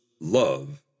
love